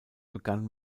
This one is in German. begann